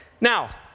Now